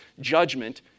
Judgment